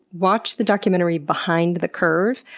watch the documentary behind the curve.